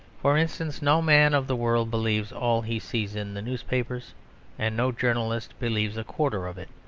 for instance, no man of the world believes all he sees in the newspapers and no journalist believes a quarter of it.